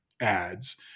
ads